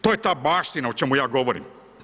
To je ta baština o čemu ja govorim.